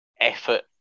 effort